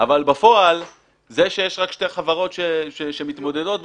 אבל בפועל, זה שיש רק שתי חברות שמתמודדות בשוק,